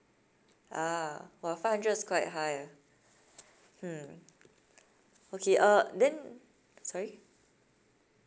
ah !wah! five hundred is quite high ah hmm okay uh then sorry